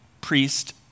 priest